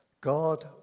God